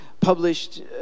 published